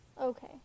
Okay